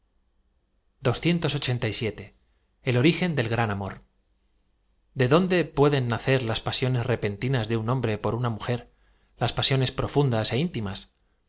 los ojos l origen del gran amor de dónde pueden nacer las pasiones repentinas de un hombre por una mujer las pasiones profundas ó intimas